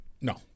No